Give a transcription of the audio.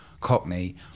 cockney